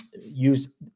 use